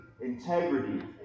integrity